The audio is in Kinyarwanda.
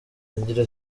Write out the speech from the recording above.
agira